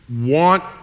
want